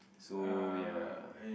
so ya